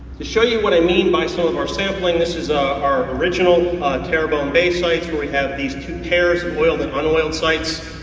to show you what i mean by some so of our sampling, this is ah our original terrebonne bay sites where we have these two pairs of oiled and unoiled sites.